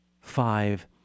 Five